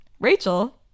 Rachel